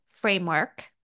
framework